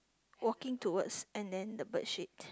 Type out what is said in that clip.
walking towards and then the bird shit